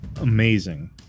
amazing